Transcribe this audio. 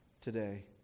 today